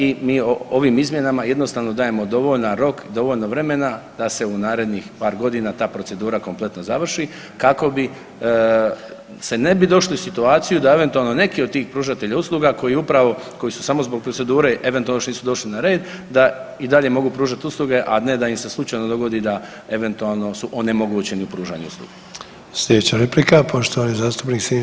I mi ovim izmjenama jednostavno dajemo dovoljan rok, dovoljno vremena da se u narednih par godina ta procedura kompletno završi kako bi se ne bi došli u situaciju da eventualno neki od tih pružatelja usluga koji upravo, koji su samo zbog procedure eventualno što nisu došli na red da i dalje mogu pružati usluge, a ne da im se slučajno dogodi da eventualno su onemogućeni u pružanju usluga.